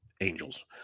Angels